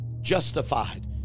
justified